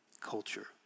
culture